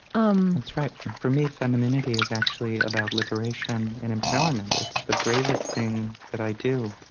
um right. and for me, femininity is actually about liberation and empowerment. it's the bravest thing that i do.